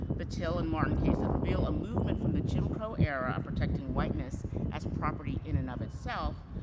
the till and martin cases, reveal a movement from the jim crow era of protecting whiteness as property, in and of itself,